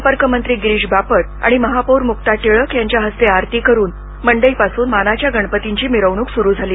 संपर्कमंत्री गिरीश बापट आणि महापौर मुक्ता टिळक यांच्या हस्ते आरती करून मंडई पासून मानाच्या गणपतींची मिरवणूक सुरु झाली